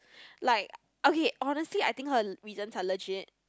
like okay honestly I think her reasons are legit